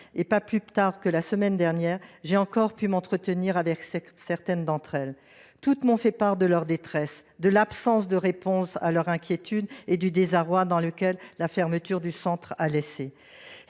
Pas plus tard que la semaine dernière, j’ai encore pu m’entretenir avec certaines d’entre elles. Toutes m’ont fait part de leur détresse, de l’absence de réponse à leur inquiétude et du désarroi dans lequel la fermeture du centre les a laissées.